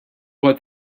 what